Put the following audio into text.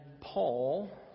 Paul